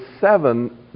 seven